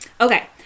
Okay